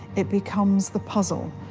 it becomes the puzzle.